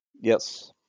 Yes